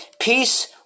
Peace